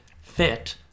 fit